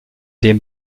dem